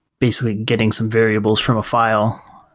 basically getting some variables from a file,